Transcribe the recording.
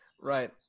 Right